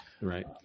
right